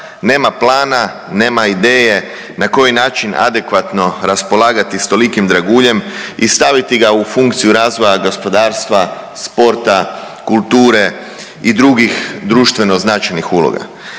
Nema plana, nema ideje na koji način adekvatno raspolagati s tolikim draguljem i staviti ga u funkciju razvoja gospodarstva, sporta, kulture i drugih društveno značajnih uloga.